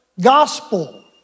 gospel